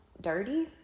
dirty